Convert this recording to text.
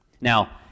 Now